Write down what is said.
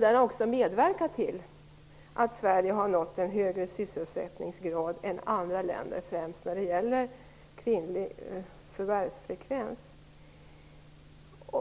Det har också medverkat till att Sverige har nått en högre sysselsättningsgrad än andra länder, främst när det gäller kvinnlig förvärvsfrekvens.